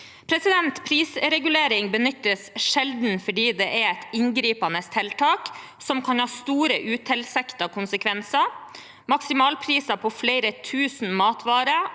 Prisregulering benyttes sjelden, for det er et inngripende tiltak som kan ha store, utilsiktede konsekvenser. Maksimalpriser på flere tusen matvarer